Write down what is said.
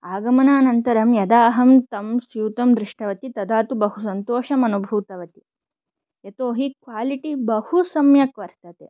आगमनानन्तरं यदा अहं तं स्यूतं दृष्टवती तदा तु बहु सन्तोषम् अनुभूतवती यतोहि क्वालिटी बहु सम्यक् वर्तते